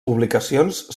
publicacions